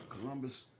Columbus